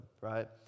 right